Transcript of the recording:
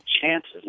chances